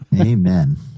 Amen